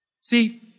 See